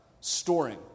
Storing